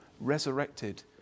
resurrected